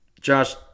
Josh